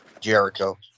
Jericho